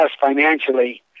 financially